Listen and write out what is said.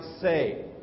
say